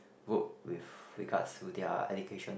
route with regards to their education